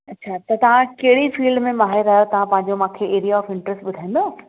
अच्छा त तव्हां कहिड़ी फ़ील्ड में माहिर आहियो तव्हां पंहिंजो मूंखे एरिया ऑफ़ इंटरस्ट ॿुधाईंदव